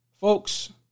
Folks